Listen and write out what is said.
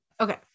Okay